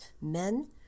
men